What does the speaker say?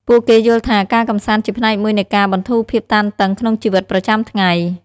ពួកគេយល់ថា ការកម្សាន្តជាផ្នែកមួយនៃការបន្ធូរភាពតានតឹងក្នុងជីវិតប្រចាំថ្ងៃ។